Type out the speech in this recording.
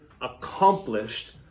accomplished